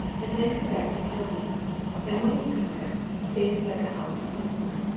and then come back and tell me and when you come back, stay inside the house with smithson.